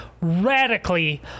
radically